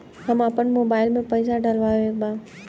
हम आपन मोबाइल में पैसा डलवावे के बा?